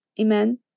Amen